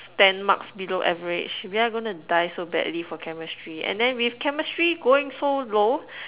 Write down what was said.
ten marks below average we are gonna die so badly for Chemistry and then with Chemistry going so low